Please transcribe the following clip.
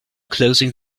closing